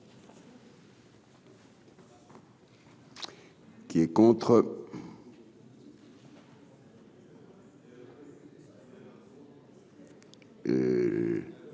Qui est contre.